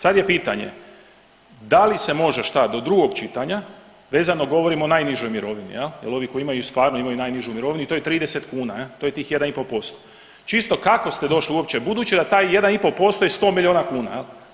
Sad je pitanje da li se može šta do drugog čitanja, vezano govorim o najnižoj mirovini jel, jel ovi koji imaju, stvarno imaju najnižu mirovinu i to je 30 kuna jel, to je tih 1,5%, čisto kako ste došli uopće budući da taj 1,5% je 100 milijuna kuna jel.